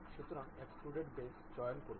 সুতরাং extruded boss চয়ন করুন